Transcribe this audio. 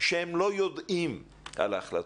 שהם לא יודעים על החלטות.